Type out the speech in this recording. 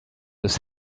des